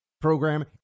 program